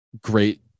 great